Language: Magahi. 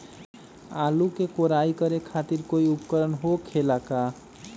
आलू के कोराई करे खातिर कोई उपकरण हो खेला का?